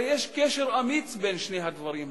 הרי יש קשר אמיץ בין שני הדברים האלה.